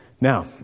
Now